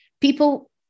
people